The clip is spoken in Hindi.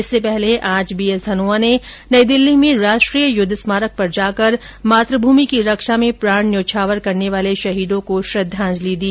इससे पहले आज बी एस धनोआ ने नई दिल्ली में राष्ट्रीय युद्ध स्मारक पर जाकर मातृभ्मि की रक्षा में प्राण न्यौछावर करने वाले शहीदों को श्रद्धांजलि दी